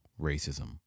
racism